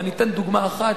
ואני אתן דוגמה אחת.